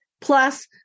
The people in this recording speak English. plus